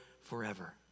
forever